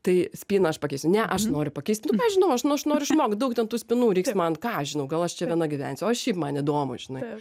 tai spyną aš pakeisiu ne aš noriu pakeist nu ką žinauaš nu aš noriu išmokt daug ten tų spynų reiks man ką aš žinau gal aš čia viena gyvensiu o šiaip man įdomu žinai